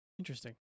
Interesting